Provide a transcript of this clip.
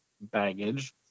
baggage